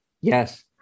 Yes